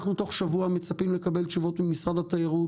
אנחנו תוך שבוע מצפים לקבל תשובות ממשרד התיירות